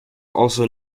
also